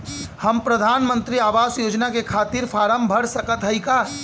हम प्रधान मंत्री आवास योजना के खातिर फारम भर सकत हयी का?